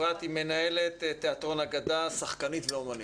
אפרת היא מנהלת תיאטרון אגדה, שחקנית ואמנית.